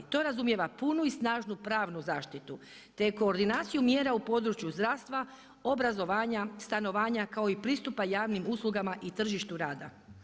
To razumijeva punu i snažnu pravnu zaštitu, te koordinaciju mjera u području zdravstva, obrazovanja, stanovanja, kao i pristupa javnim uslugama i tržištu rada.